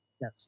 Yes